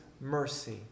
mercy